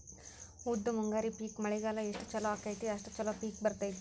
ಉದ್ದು ಮುಂಗಾರಿ ಪಿಕ್ ಮಳಿಗಾಲ ಎಷ್ಟ ಚಲೋ ಅಕೈತಿ ಅಷ್ಟ ಚಲೋ ಪಿಕ್ ಬರ್ತೈತಿ